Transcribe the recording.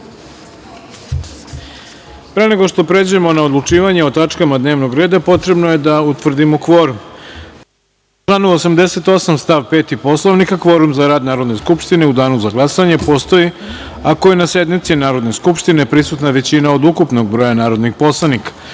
nego što pređemo na odlučivanje o tačkama dnevnog reda, potrebno je da utvrdimo kvorum. Po članu 88. stav 5. Poslovnika, kvorum za rad Narodne skupštine u danu za glasanje postoji ako je na sednici Narodne skupštine prisutna većina od ukupnog broja narodnih poslanika. Molim